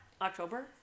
October